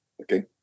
Okay